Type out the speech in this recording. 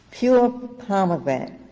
pure pomegranate,